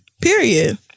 Period